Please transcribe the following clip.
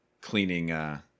cleaning